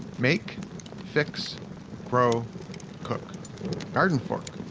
make fix grow cook gardenfork.